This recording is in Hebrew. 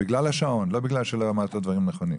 בגלל השעון לא כי אמרת דברים לא נכונים.